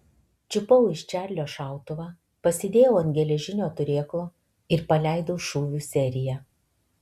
čiupau iš čarlio šautuvą pasidėjau ant geležinio turėklo ir paleidau šūvių seriją